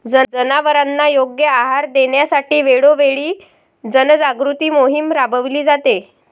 जनावरांना योग्य आहार देण्यासाठी वेळोवेळी जनजागृती मोहीम राबविली जाते